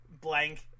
blank